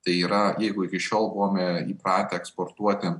tai yra jeigu iki šiol buvome įpratę eksportuoti